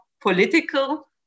political